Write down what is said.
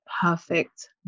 perfect